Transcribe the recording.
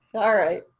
alright.